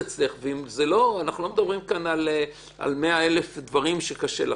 אנחנו לא מדברים כאן על אלף דברים שקשה לך.